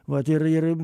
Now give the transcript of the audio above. vat ir ir